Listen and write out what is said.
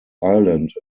island